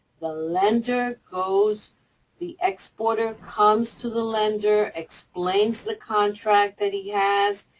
the lender goes the exporter comes to the lender, explains the contract that he has.